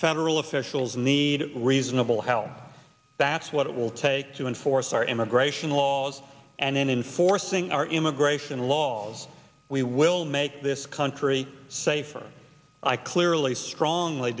federal officials need reasonable help that's what it will take to enforce our immigration laws and then enforcing our immigration laws we will make this country safer i clearly strongly